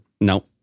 No